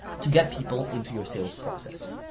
to get people into your sales process.